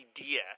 idea